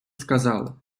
сказали